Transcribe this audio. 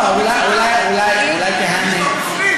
אולי תהנהן.